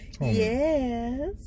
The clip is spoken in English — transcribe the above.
yes